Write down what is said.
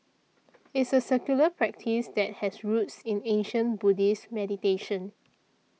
it's a secular practice that has roots in ancient Buddhist meditation